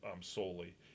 solely